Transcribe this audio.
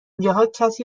جاها، کسی